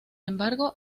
embargo